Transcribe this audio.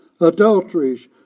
Adulteries